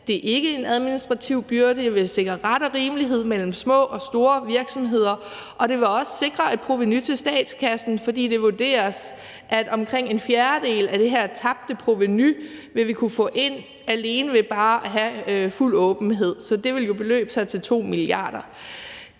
Det er ikke en administrativ byrde, og det vil sikre ret og rimelighed mellem små og store virksomheder, og det vil også sikre et provenu til statskassen, fordi det vurderes, at vi vil kunne få omkring en fjerdedel af det her tabte provenu ind alene ved at have fuld åbenhed. Så det vil jo beløbe sig til 2 mia. kr.